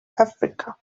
africa